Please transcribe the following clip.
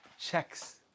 checks